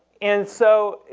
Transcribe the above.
and so,